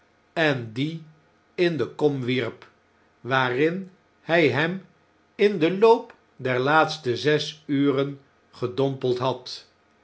en dien in de kom wierp waarin hj hem in den loop der laatste zes uren gedotnpeld had